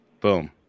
Boom